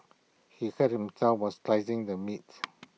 he hurt himself while slicing the meat